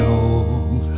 old